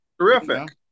Terrific